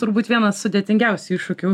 turbūt vienas sudėtingiausių iššūkių